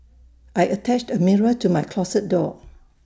I attached A mirror to my closet door